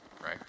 right